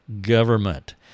government